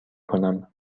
کنم